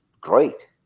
great